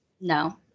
No